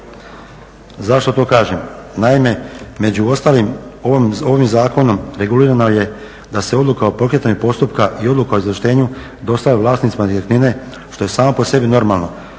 Zašto to kažem? Naime, među ostalim ovim zakonom regulirano je da se odluka o pokretanju postupka i odluka o izvlaštenju dostavlja vlasnicima nekretnine što je samo po sebi normalno.